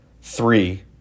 three